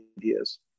ideas